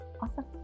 Awesome